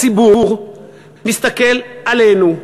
הציבור מסתכל עלינו,